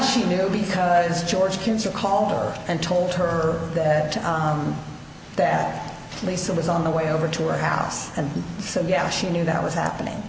she knew because george cancer called her and told her that lisa was on the way over to her house and so yeah she knew that was happening